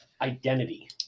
Identity